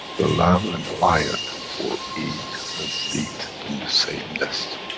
the lamb and the lion will eat and sleep in the same nest.